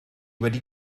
wedi